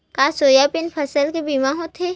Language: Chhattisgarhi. का सोयाबीन फसल के बीमा होथे?